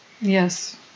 Yes